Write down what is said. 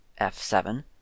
f7